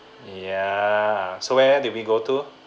yeah so where did we go to